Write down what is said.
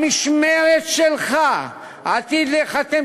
במשמרת שלך עתיד להיחתם,